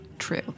true